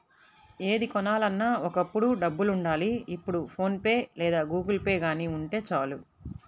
ఏది కొనాలన్నా ఒకప్పుడు డబ్బులుండాలి ఇప్పుడు ఫోన్ పే లేదా గుగుల్పే గానీ ఉంటే చాలు